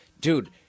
Dude